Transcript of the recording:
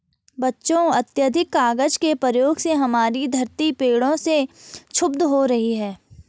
बच्चों अत्याधिक कागज के प्रयोग से हमारी धरती पेड़ों से क्षुब्ध हो रही है